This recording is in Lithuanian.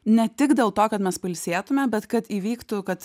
ne tik dėl to kad mes pailsėtume bet kad įvyktų kad